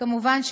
כמובן,